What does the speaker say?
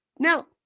Now